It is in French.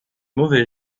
mauvais